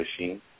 machine